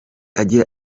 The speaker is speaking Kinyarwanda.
agira